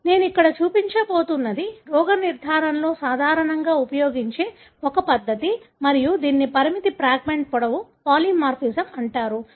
కాబట్టి నేను ఇక్కడ చూపించబోతున్నది రోగ నిర్ధారణలో సాధారణంగా ఉపయోగించే ఒక పద్ధతి మరియు దీనిని పరిమితి ఫ్రాగ్మెంట్ పొడవు పాలిమార్ఫిజం అంటారు